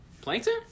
Plankton